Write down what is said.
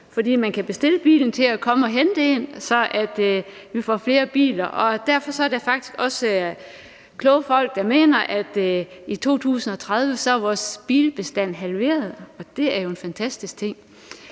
fordi man kan bestille bilen til at komme og hente en; så vi får flere af den slags biler. Og derfor er der faktisk også kloge folk, der mener, at vores bilbestand er halveret i 2030 – og det er jo en fantastisk ting.